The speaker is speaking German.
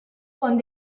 von